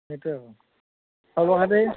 সেইটোৱে আৰু খবৰ খাতি